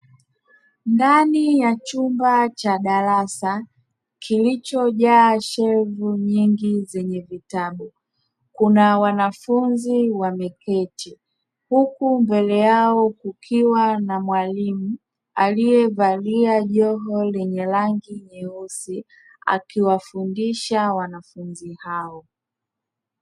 Ndani ya chumba cha darasa kilichojaa shelfu nyingi zenye vitabu, kuna wanafunzi wameketi huku mbele yao kukiwa na mwalimu; aliyevalia joho lenye rangi nyeusi, akiwafundisha wanafunzi hao.